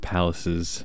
Palace's